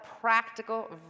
practical